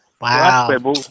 Wow